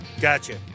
Gotcha